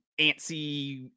antsy